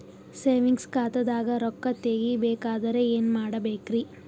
Savings ಖಾತಾದಾಗ ರೊಕ್ಕ ತೇಗಿ ಬೇಕಾದರ ಏನ ಮಾಡಬೇಕರಿ?